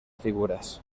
figuras